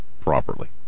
properly